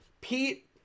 Pete